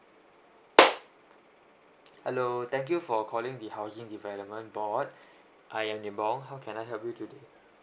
hello thank you for calling the housing development board I am lee bong how can I help you today